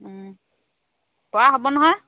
পৰা হ'ব নহয়